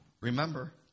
Remember